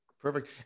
perfect